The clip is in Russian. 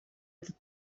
этот